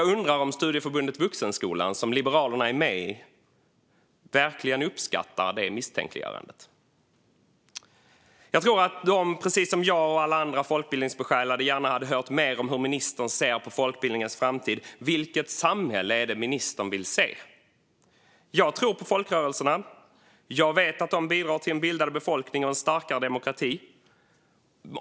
Jag undrar om Studieförbundet Vuxenskolan, som Liberalerna är med i, uppskattar detta misstänkliggörande. Jag tror att de, precis som jag och alla andra folkbildningsbesjälade, gärna hade hört mer om hur ministern ser på folkbildningens framtid och vilket samhälle ministern vill se. Jag tror på folkrörelserna. Jag vet att de bidrar till en bildad befolkning och en starkare demokrati.